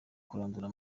kurandura